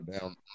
down